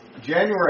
January